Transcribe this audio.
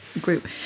group